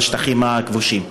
השטחים הכבושים.